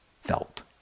felt